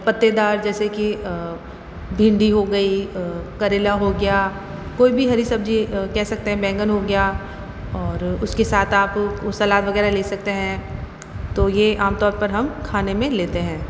पत्तेदार जैसे की भिंडी हो गई करेला हो गया कोई भी हरी सब्जी कह सकते हैं बैंगन हो गया और उसके साथ आप सलाद वगैरह ले सकते हैं तो ये आम तौर पर हम खाने में लेते हैं